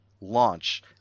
launch